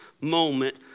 moment